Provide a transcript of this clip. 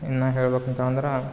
ಇನ್ನು ಹೇಳ್ಬೇಕಂತೇಳಂದ್ರೆ